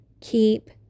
keep